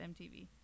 MTV